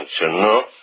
no